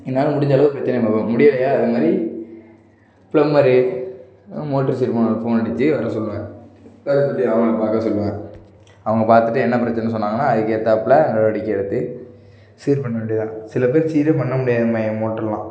என்னால் முடிஞ்ச அளவுக்கு போய் தேடுவேன் முடியலையா இது மாதிரி ப்ளம்பரு மோட்ரு சரி பண்ணுறவன் ஃபோன் அடித்து வர சொல்லுவேன் பிறகு போய் அவனை பார்க்க சொல்லுவேன் அவங்க பார்த்துட்டு என்ன பிரச்சனைன்னு சொன்னாங்கன்னால் அதுக்கு ஏற்றாப்புல நடவடிக்க எடுத்து சீர் பண்ண வேண்டி தான் சில பேர் சீரே பண்ண முடியாதும்பாங்க மோட்டருலாம்